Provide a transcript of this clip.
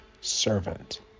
servant